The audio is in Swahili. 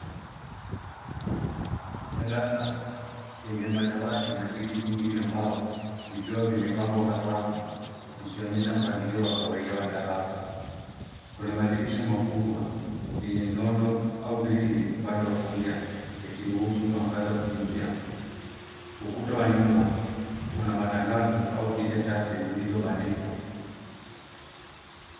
Darasa yenye madawati na viti vingi vya vikiwa limepangwa kwa safu likionyesha mpangilio wa kawaida wa darasa. Kuna madirisha makubwa yenye nodo au grill upande wa kulia yakiruhusu mwangaza kuingia. Ukuta wa nyuma una matangazo au picha chache zilizobandikwa.